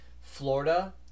Florida